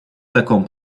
таком